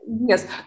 Yes